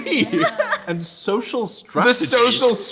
and social strategy. the social so